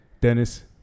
Dennis